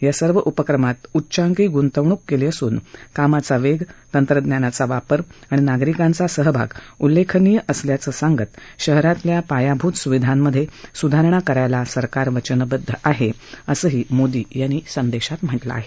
या सर्व उपक्रमात उच्चांकी गुंतवणूक केली असून कामाचा वेग तंत्रज्ञानाचा वापर आणि नागरिकांचा सहभाग उल्लेखनीय असल्याचं सांगत शहरातल्या पायाभूत सुविधांमधे सुधारणा करायला सरकार वचनबद्ध आहे असंही मोदी यांनी या संदेशात म्हा किं आहे